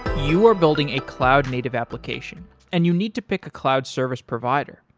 you are building a cloud-native application and you need to pick a cloud service provider.